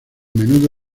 menudo